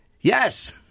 Yes